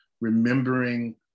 remembering